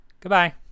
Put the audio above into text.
goodbye